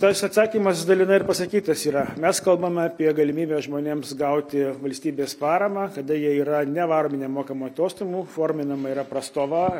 tas atsakymas dalinai ir pasakytas yra mes kalbame apie galimybę žmonėms gauti valstybės paramą kada jie yra ne varomi nemokamų atostogų forminama yra prastova